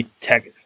tech